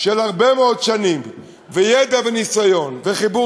של הרבה מאוד שנים וידע וניסיון וחיבור